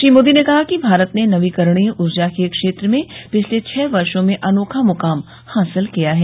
श्री मोदी ने कहा कि भारत ने नवीकरणीय ऊर्जा के क्षेत्र में पिछले छह वर्षो में अनोखा मुकाम हासिल किया है